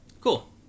Cool